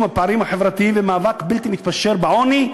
הפערים החברתיים ומאבק בלתי מתפשר בעוני,